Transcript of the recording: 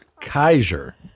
kaiser